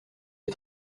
des